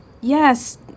yes